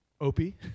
Opie